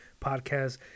podcast